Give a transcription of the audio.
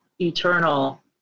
eternal